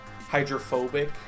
hydrophobic